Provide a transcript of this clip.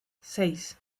seis